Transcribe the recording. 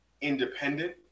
independent